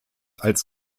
als